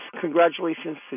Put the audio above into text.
congratulations